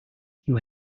you